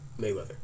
Mayweather